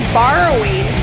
borrowing